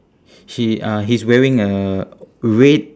he uh he's wearing a red